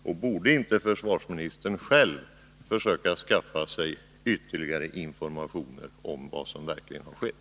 Och borde inte försvarsministern själv försöka skaffa sig ytterligare informationer om vad som verkligen har skett?